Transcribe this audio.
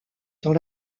dans